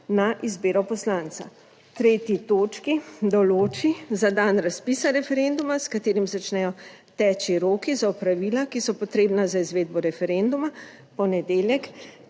na izbiro poslanca? V 3. točki določi za dan razpisa referenduma, s katerim začnejo teči roki za opravila, ki so potrebna za izvedbo referenduma v ponedeljek,